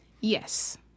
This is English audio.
Yes